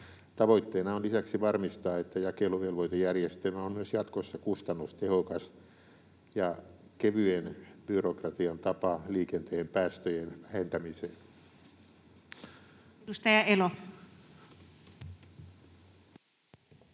Tavoitteena on lisäksi varmistaa, että jakeluvelvoitejärjestelmä on myös jatkossa kustannustehokas ja kevyen byrokratian tapa liikenteen päästöjen vähentämiseen. [Speech 135]